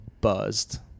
buzzed